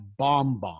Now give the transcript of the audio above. BombBomb